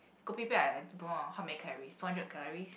kopi peng I I don't know how many calories four hundred calories